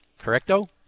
Correcto